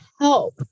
help